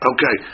Okay